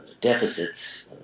deficits